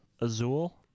Azul